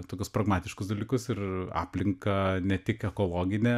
tokius pragmatiškus dalykus ir aplinką ne tik ekologine